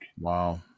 Wow